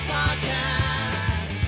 Podcast